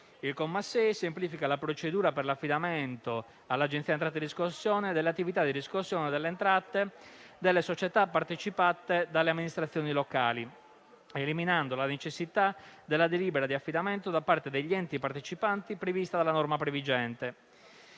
Il comma 6 semplifica la procedura per l'affidamento all'Agenzia delle entrate-riscossione delle attività di riscossione delle entrate delle società partecipate dalle amministrazioni locali, eliminando la necessità della delibera di affidamento da parte degli enti partecipanti prevista dalla norma previgente.